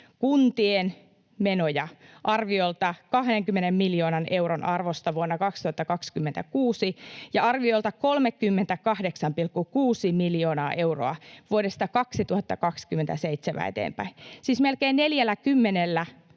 kuntien menoja arviolta 20 miljoonan euron arvosta vuonna 2026 ja arviolta 38,6 miljoonaa euroa vuodesta 2027 eteenpäin — siis melkein 40 miljoonalla